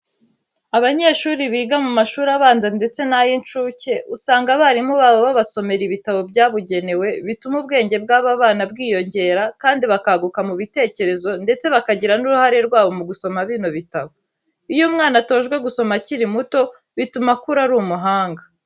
Abanyeshuri biga mu mashuri abanza ndetse n'ay'incuke usanga abarimu babo babasomera ibitabo byabugenewe bituma ubwenge bw'aba bana bwiyongera kandi bakaguka mu bitekerezo ndetse bakagira n'uruhare rwabo mu gusoma bino bitabo. Iyo umwana atojwe gusoma akiri muto bituma akura ari umuhanga.